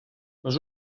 les